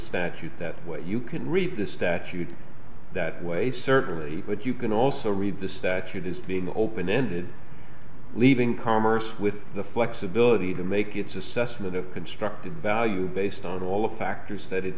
statute that's what you can read the statute that way certainly but you can also read the statute is being open ended leaving commerce with the flexibility to make its assessment of constructive value based on all of the factors that